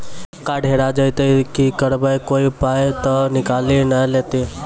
Card हेरा जइतै तऽ की करवै, कोय पाय तऽ निकालि नै लेतै?